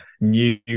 new